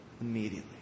immediately